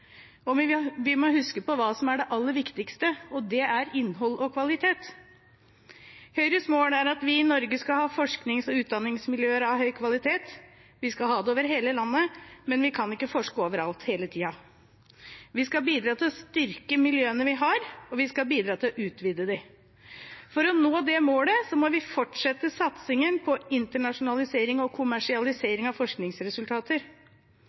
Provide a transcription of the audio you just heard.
Vi må huske på hva som er det aller viktigste, og det er innhold og kvalitet. Høyres mål er at vi i Norge skal ha forsknings- og utdanningsmiljøer av høy kvalitet, og vi skal ha det over hele landet, men vi kan ikke forske over alt hele tiden. Vi skal bidra til å styrke miljøene vi har, og vi skal bidra til å utvide dem. For å nå det målet må vi fortsette satsingen på internasjonalisering og